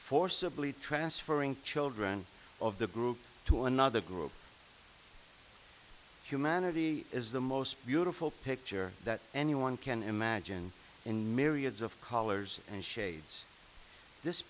forcibly transferring children of the group to another group humanity is the most beautiful picture that anyone can imagine in myriads of collars and shades this